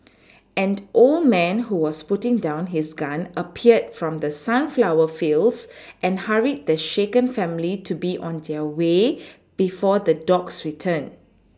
an old man who was putting down his gun appeared from the sunflower fields and hurried the shaken family to be on their way before the dogs return